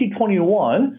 2021